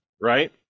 Right